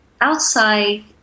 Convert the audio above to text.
outside